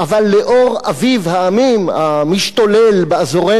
אבל לאור אביב העמים המשתולל באזורנו,